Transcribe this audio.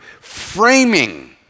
framing